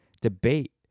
debate